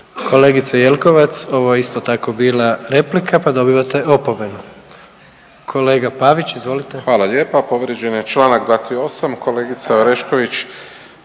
Kolegice Jelkovac, ovo je isto tako bila replika pa dobivate opomenu. Kolega Pavić izvolite. **Pavić, Marko (HDZ)** Hvala lijepa. Povrijeđen je čl. 238., kolegica Orešković